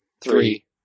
three